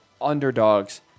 underdogs